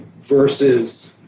Versus